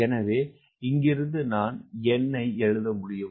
எனவே இங்கிருந்து நான் n எழுத முடியும்